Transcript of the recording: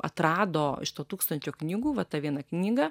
atrado iš to tūkstančio knygų va tą vieną knygą